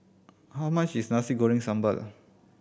how much is Nasi Goreng Sambal